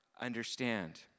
understand